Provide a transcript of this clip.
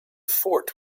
fort